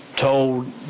told